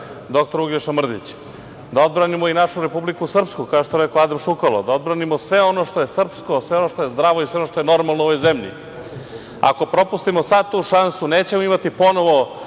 dr Uglješa Mrdić, da odbranimo i našu Republiku Srpsku, kao što je rekao Adam Šukalo, da odbranimo sve ono što je srpsko, sve ono što je zdravo i sve ono što je normalno u ovoj zemlji. Ako propustimo sada tu šansu, nećemo imati ponovo